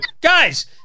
Guys